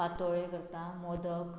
पातोळ्यो करता मोदक